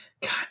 God